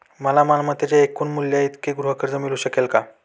मला मालमत्तेच्या एकूण मूल्याइतके गृहकर्ज मिळू शकेल का?